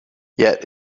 yet